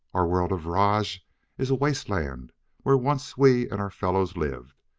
our world of rajj is a wasteland where once we and our fellows lived.